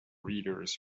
readers